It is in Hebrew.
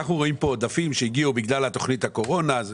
רואים פה עודפים שהגיעו בגלל תוכנית הקורונה.